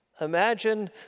Imagine